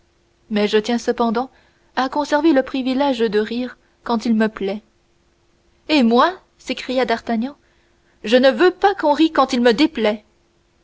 mais je tiens cependant à conserver le privilège de rire quand il me plaît et moi s'écria d'artagnan je ne veux pas qu'on rie quand il me déplaît